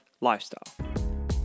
lifestyle